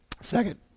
Second